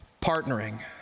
partnering